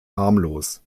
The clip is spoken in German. harmlos